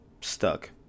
stuck